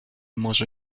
może